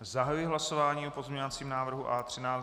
Zahajuji hlasování o pozměňovacím návrhu A13.